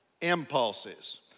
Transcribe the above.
impulses